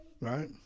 right